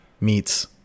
meets